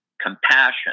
compassion